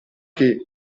che